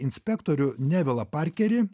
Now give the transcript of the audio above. inspektorių nevelą parkerį